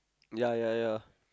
ya ya ya